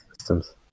systems